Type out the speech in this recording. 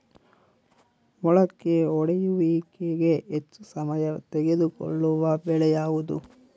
ಮೊಳಕೆ ಒಡೆಯುವಿಕೆಗೆ ಹೆಚ್ಚು ಸಮಯ ತೆಗೆದುಕೊಳ್ಳುವ ಬೆಳೆ ಯಾವುದು?